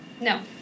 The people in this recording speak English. No